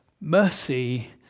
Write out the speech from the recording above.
mercy